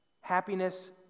happiness